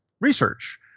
research